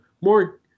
more